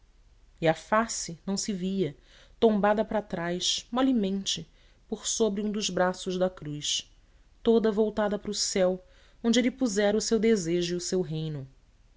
e a face não se via tombada para trás molemente por sobre um dos braços da cruz toda voltada para o céu onde ele pusera o seu desejo e o seu reino